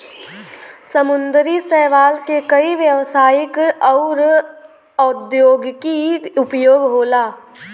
समुंदरी शैवाल के कई व्यवसायिक आउर औद्योगिक उपयोग होला